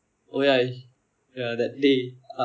oh ya ya that day